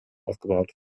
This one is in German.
aufgebaut